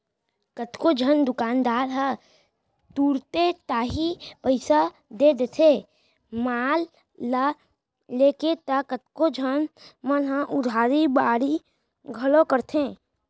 कतको झन दुकानदार ह तुरते ताही पइसा दे देथे माल ल लेके त कतको झन मन ह उधारी बाड़ही घलौ करथे